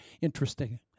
interesting